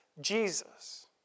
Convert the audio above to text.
Jesus